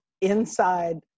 inside